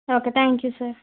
okay thank you sir